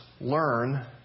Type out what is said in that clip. learn